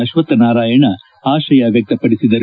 ಅಶ್ವತ್ದ್ ನಾರಾಯಣ ಆಶಯ ವ್ಯಕ್ತಪಡಿಸಿದರು